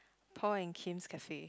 Paul and Kim's cafe